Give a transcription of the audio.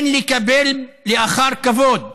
אין לקבל אחר כבוד